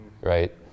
right